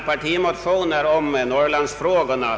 Herr talman!